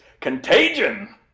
Contagion